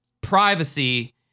privacy